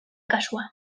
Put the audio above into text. kasua